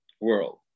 world